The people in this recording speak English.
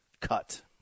cut